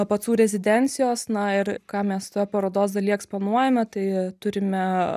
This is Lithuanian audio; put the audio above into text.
pacų rezidencijos na ir ką mes toje parodos daly eksponuojame tai turime